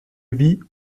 vis